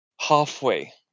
halfway